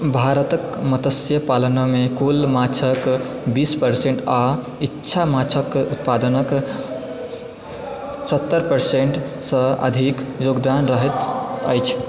भारतके मत्स्य पालनमे कुल माछके बीस परसेन्ट आओर ईच्चा माछके उत्पादनके सत्तर परसेन्टसँ अधिक योगदान रहैत अछि